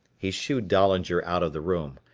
he shooed dahlinger out of the room.